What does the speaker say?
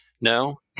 No